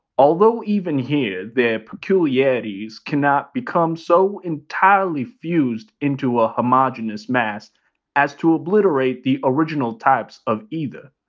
although even here, their peculiarities cannot become so entirely fused into a homogenous mass as to obliterate the original types of either.